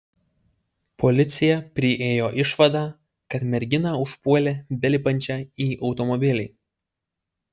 policija priėjo išvadą kad merginą užpuolė belipančią į automobilį